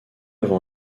avant